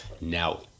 Now